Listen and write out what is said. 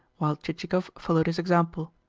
while chichikov followed his example.